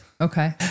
Okay